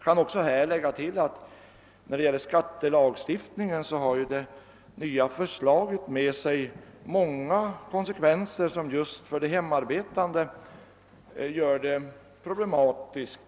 Jag kan tillägga att för många hemmaarbetande får den nya skattelagstiftningen konsekvenser, som gör deras situation problematisk.